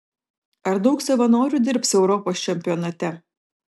ar daug savanorių dirbs europos čempionate